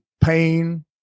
pain